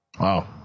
Wow